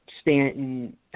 Stanton